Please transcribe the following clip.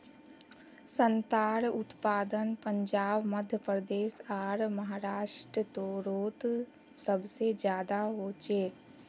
संत्रार उत्पादन पंजाब मध्य प्रदेश आर महाराष्टरोत सबसे ज्यादा होचे